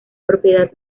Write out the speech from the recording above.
propiedad